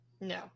no